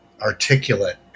articulate